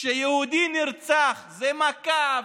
כשיהודי נרצח זו מכה,